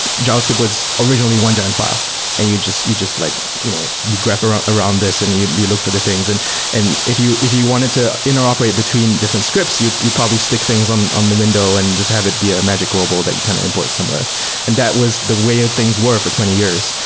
javascript was originally one giant fi le ah and you just you just like you know you grab around around this and you you look for the things. and and if you if you wanted to interoperate between different scripts, you you probably stick things on on the window and just have it be a magic global that you kind of import somewhere. and that was the way of things were for twenty years.